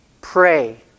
pray